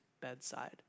bedside